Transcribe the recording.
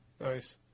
nice